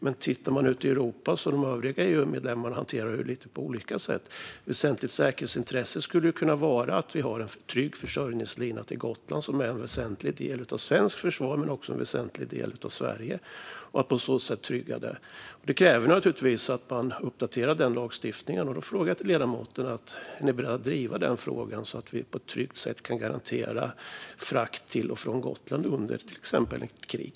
Men tittar man ut i Europa hanterar de övriga EU-medlemmarna detta på lite olika sätt. Väsentligt säkerhetsintresse skulle kunna vara att vi har en trygg försörjningslina till Gotland, som är en väsentlig del av svenskt försvar och en väsentlig del av Sverige, och att man på så sätt tryggar det. Det kräver naturligtvis att man uppdaterar den lagstiftningen. Då frågar jag ledamoten: Är ni beredda att driva den frågan så att vi på ett tryggt sätt kan garantera frakt till och från Gotland exempelvis under ett krig?